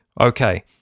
Okay